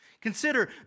Consider